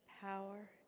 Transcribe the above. power